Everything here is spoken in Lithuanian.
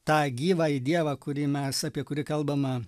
tą gyvąjį dievą kurį mes apie kurį kalbama